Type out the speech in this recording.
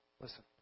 Listen